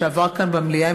שעבר כאן במליאה,